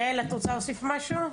יעל, את רוצה להוסיף משהו?